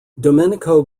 domenico